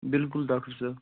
بِلکُل ڈاکٹر صٲب